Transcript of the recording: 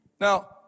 Now